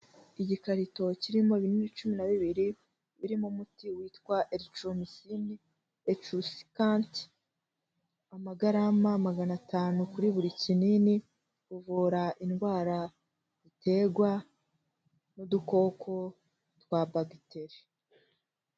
Igikarito kirimo ibinini cumi na bibiri, birimo umuti witwa erekitoromusine eturusikanti amagarama magana atanu kuri buri kinini, uvura indwara ziterwa n'udukoko twa bagiteri.